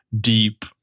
deep